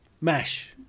mash